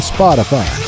Spotify